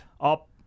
up